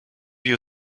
you